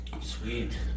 Sweet